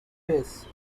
face